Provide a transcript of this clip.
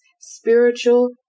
spiritual